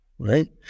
Right